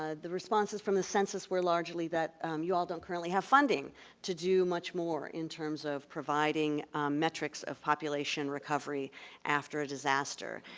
ah the responses from the census were largely that you all don't currently have funding to do much more in terms of providing metrics of population recovery after a disaster.